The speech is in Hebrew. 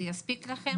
זה יספיק לכם?